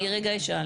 אני רגע אשאל.